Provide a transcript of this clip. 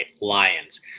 Lions